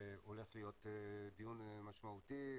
הולך להיות דיון משמעותי.